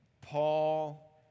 Paul